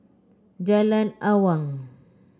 Jalan Awang